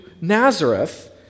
Nazareth